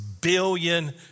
billion